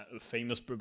famous